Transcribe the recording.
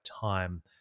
time